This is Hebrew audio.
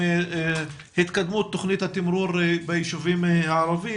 התקדמות תוכנית התמרור ביישובים הערבים,